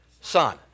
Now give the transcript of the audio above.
son